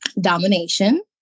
domination